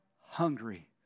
hungry